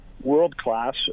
World-class